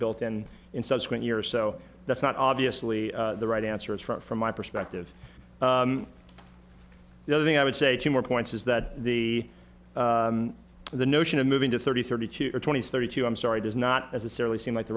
built and in subsequent years so that's not obviously the right answer it's front from my perspective the other thing i would say two more points is that the the notion of moving to thirty thirty two or twenty thirty two i'm sorry does not necessarily seem like the